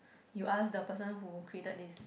you ask the person who created this